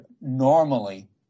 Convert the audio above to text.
normally